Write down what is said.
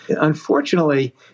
unfortunately